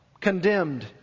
condemned